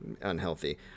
unhealthy